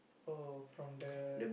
oh from the